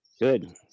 Good